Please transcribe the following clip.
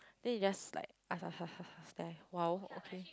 then you just like ask ask ask ask then I like !wow! okay